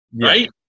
Right